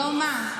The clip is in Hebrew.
היום מה?